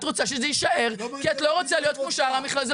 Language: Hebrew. את רוצה שזה יישאר כי את לא רוצה כמו שאר המכללות,